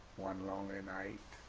one lonely night,